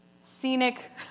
scenic